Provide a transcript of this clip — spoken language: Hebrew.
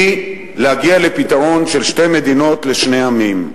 היא להגיע לפתרון של שתי מדינות לשני עמים.